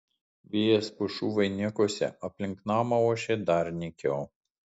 vėjas pušų vainikuose aplink namą ošė dar nykiau